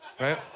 right